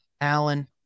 Alan